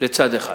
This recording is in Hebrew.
לצד אחד.